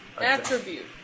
attribute